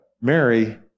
Mary